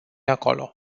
acolo